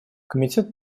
комитет